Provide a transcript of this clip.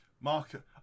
Mark